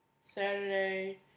saturday